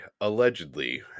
allegedly